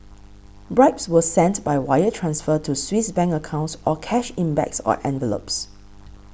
bribes were sent by wire transfer to Swiss Bank accounts or cash in bags or envelopes